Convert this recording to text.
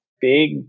big